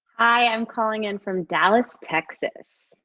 i'm calling in from dallas, texas.